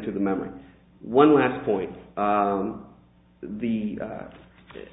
into the memory one last point on the